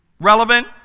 Relevant